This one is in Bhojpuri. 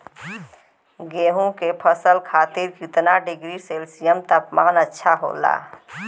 गेहूँ के फसल खातीर कितना डिग्री सेल्सीयस तापमान अच्छा होला?